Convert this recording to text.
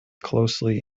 closely